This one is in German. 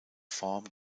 form